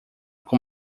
com